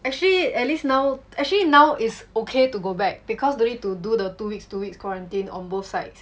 actually at least now actually now is okay to go back because you don't need to do the two weeks two weeks quarantine on both sides